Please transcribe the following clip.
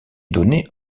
donné